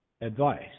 advice